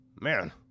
Man